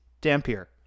Dampier